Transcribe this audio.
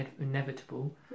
inevitable